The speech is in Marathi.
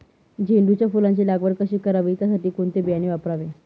झेंडूच्या फुलांची लागवड कधी करावी? त्यासाठी कोणते बियाणे वापरावे?